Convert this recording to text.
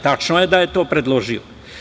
Tačno je da je to predložio.